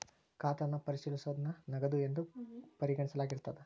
ಖಾತನ್ನ ಪರಿಶೇಲಿಸೋದನ್ನ ನಗದು ಎಂದು ಪರಿಗಣಿಸಲಾಗಿರ್ತದ